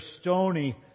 stony